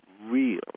real